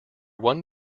one